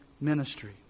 ministry